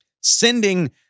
Sending